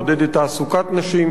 מעודדת תעסוקת נשים,